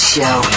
Show